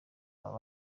abo